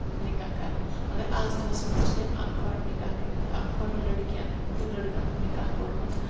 نکاح کَران مگر آز دۄہَس منٛز چھِ تٔمۍ اَکہٕ ہٲٹھ نِکاح کٔرمٕتۍ اکہٕ ہٲٹھ لٔڑکیَن ہُنٛد تہٕ لٔڑکَن ہُنٛد نِکاح کوٚرمُت